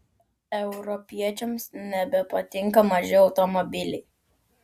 europiečiams nebepatinka maži automobiliai